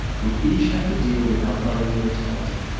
we each have to deal with our own mortality,